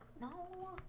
No